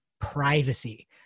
privacy